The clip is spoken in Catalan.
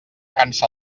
cansa